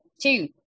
Two